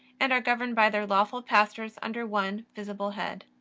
and are governed by their lawful pastors under one visible head.